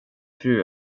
fru